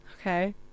Okay